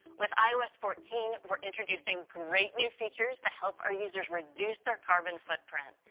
with ios fourteen, we're introducing great new features to help our users reduce their carbon footprint,